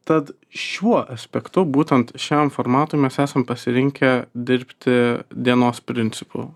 tad šiuo aspektu būtent šiam formatui mes esam pasirinkę dirbti dienos principu